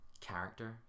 character